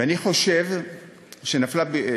ואני חושב שממש